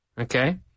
Okay